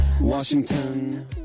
Washington